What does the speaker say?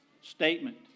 statement